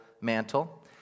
mantle